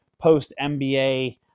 post-MBA